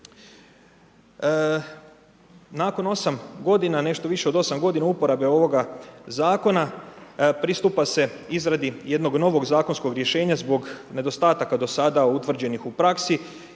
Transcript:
Nakon 8 g. nešto više od 8 g. uporabe ovoga zakona, pristupa se izradi jednog novog zakonskog rješenja, zbog nedostataka do sada, utvrđenih u praksi,